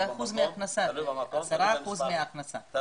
תלוי במקום.